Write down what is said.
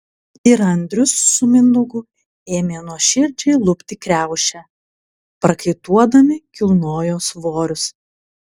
ir andrius su mindaugu ėmė nuoširdžiai lupti kriaušę prakaituodami kilnojo svorius